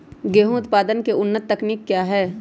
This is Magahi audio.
गेंहू उत्पादन की उन्नत तकनीक क्या है?